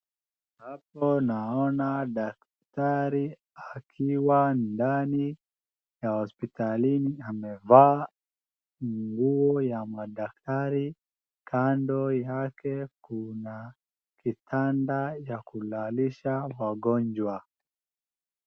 Hapo naona daktari akiwa ndani ya hospitalini amevaa nguo ya madaktari. Kando yake, kuna kitanda ya kulalisha wagonjwa.